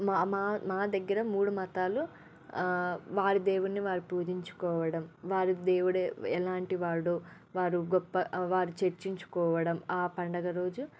మా మా మా దగ్గర మూడు మతాలు వారి దేవుడిని వారు పూజించుకోవడం వారి దేవుడే ఎలాంటి వాడో వారు గొప్ప వారు చర్చించుకోవడం ఆ పండగ రోజు